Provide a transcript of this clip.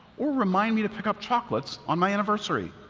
or reminding me to pick up chocolates on my anniversary.